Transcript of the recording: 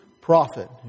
prophet